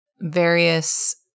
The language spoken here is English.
various